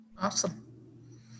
Awesome